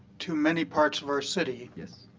to many parts of our city,